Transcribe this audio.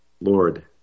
Lord